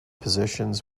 positions